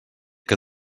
que